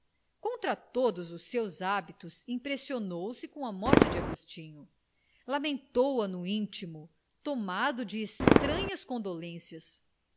contra todos os seus hábitos impressionou-se com a morte de agostinho lamentou a no intimo tomado de estranhas condolências